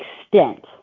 extent